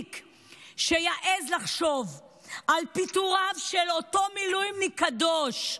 שיעז לחשוב על פיטוריו של אותו מילואימניק קדוש,